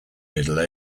middle